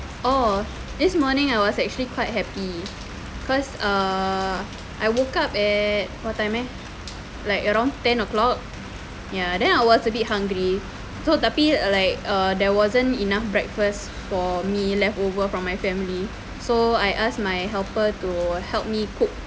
oh this morning I was actually quite happy cause err I woke up at what time eh like around ten o'clock ya then I was a bit hungry so tapi like err there wasn't enough breakfast for me leftover from my family so I asked my helper to help me cook